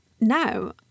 now